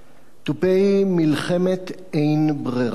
תופי מלחמת אין-ברירה,